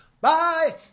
Bye